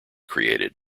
created